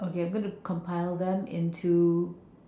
okay I'm going to compile them into